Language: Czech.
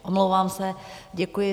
Omlouvám se, děkuji.